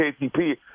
KCP